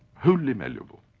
wholly malleable,